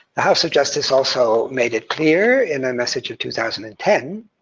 the house of justice also made it clear in a message of two thousand and ten,